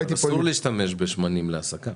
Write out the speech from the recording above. אבל אסור להשתמש בשמנים להסקה.